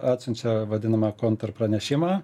atsiunčia vadinamą kontrpranešimą